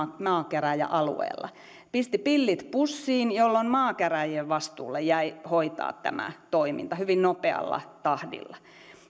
maakäräjäalueella ja pisti pillit pussiin jolloin maakäräjien vastuulle jäi hoitaa tämä toiminta hyvin nopealla tahdilla